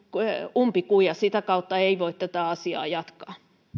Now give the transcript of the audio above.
umpikuja sitä kautta ei voi tätä asiaa jatkaa